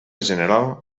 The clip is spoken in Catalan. general